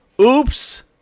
oops